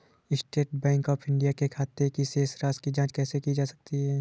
State Bank of India के खाते की शेष राशि की जॉंच कैसे की जा सकती है?